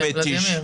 ולדימיר.